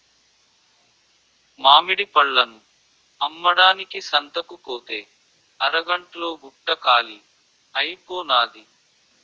మామిడి పళ్ళను అమ్మడానికి సంతకుపోతే అరగంట్లో బుట్ట కాలీ అయిపోనాది